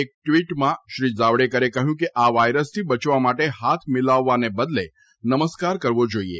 એક ટ્વીટમાં શ્રી જાવડેકરે કહ્યું કે આ વાયરસથી બચવા માટે હાથ મિલાવવા ને બદલે નમસ્કાર કરવો જોઇએ